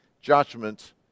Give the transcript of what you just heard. Judgment